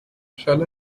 shall